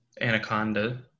Anaconda